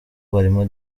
barimo